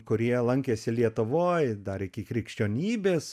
kurie lankėsi lietuvoj dar iki krikščionybės